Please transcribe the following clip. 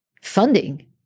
funding